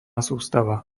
sústava